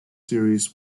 series